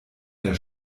der